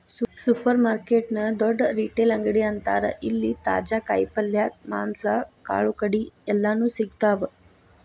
supermarket ನ ದೊಡ್ಡ retail ಅಂಗಡಿ ಅಂತಾರ ಇಲ್ಲಿ ತಾಜಾ ಕಾಯಿ ಪಲ್ಯ, ಮಾಂಸ, ಕಾಳುಕಡಿ ಎಲ್ಲಾನೂ ಸಿಗ್ತಾವ